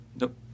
Nope